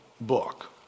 book